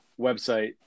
website